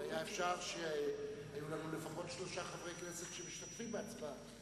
אם היה אפשר שיהיו לנו לפחות שלושה חברי כנסת שמשתתפים בהצבעה.